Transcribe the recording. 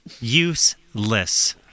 Useless